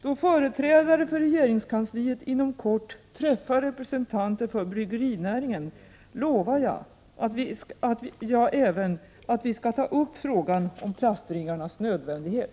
Då företrädare för regeringskansliet inom kort träffar representanter för bryggerinäringen, lovar jag även att vi skall ta upp frågan om plastringarnas nödvändighet.